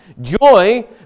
Joy